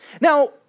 Now